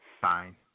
fine